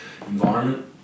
environment